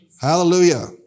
Hallelujah